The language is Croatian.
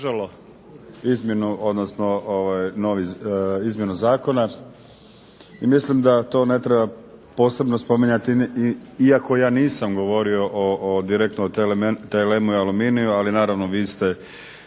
izmjenu zakona i mislim da to ne treba posebno spominjati iako ja nisam govorio direktno o TLM-u i Aluminiju, ali naravno vi ste